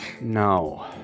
No